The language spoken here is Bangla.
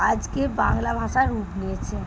আজকে বাংলা ভাষার রূপ নিয়েছে